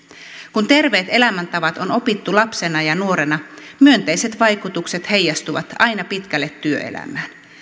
kun terveet elämäntavat on opittu lapsena ja nuorena myönteiset vaikutukset heijastuvat aina pitkälle työelämään